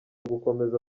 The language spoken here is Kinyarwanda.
gukomeza